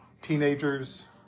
teenagers